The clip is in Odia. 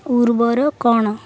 ଉର୍ବର କ'ଣ